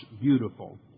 Beautiful